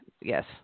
Yes